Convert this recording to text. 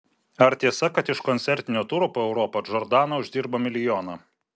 ar tiesa kad iš koncertinio turo po europą džordana uždirbo milijoną